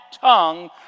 tongue